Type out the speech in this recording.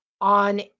on